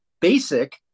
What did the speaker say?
basic